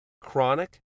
Chronic